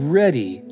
ready